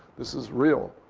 this is real.